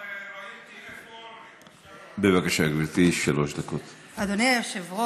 ילדים, כן, תסלחו לי,